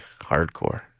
hardcore